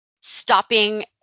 stopping